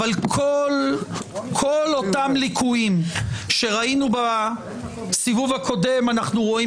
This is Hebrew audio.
אבל כל אותם ליקויים שראינו בסיבוב הקודם אנחנו רואים